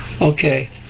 Okay